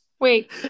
Wait